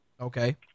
Okay